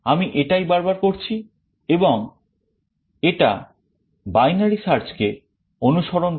আমি এটাই বারবার করছি এবং এটা binary search কে অনুকরণ করে